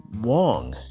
Wong